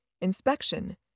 inspection